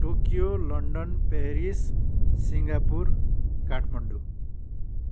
Tokyo London Paris Singapore Kathmandu